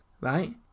right